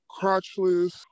crotchless